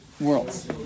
worlds